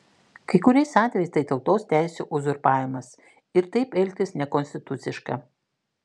kai kuriais atvejais tai tautos teisių uzurpavimas ir taip elgtis nekonstituciška